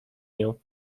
nią